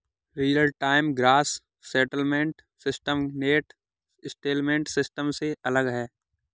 real time gross settlement system net settlement system से अलग है